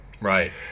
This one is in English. Right